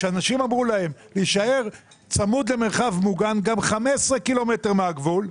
שאמרו לאנשים להישאר צמוד למרחב מוגן גם 15 קילומטר מהגבול,